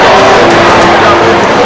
no